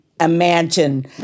Imagine